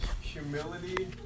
humility